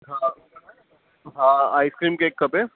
हा हा ice cream cake खपे